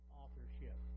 authorship